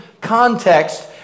context